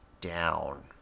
down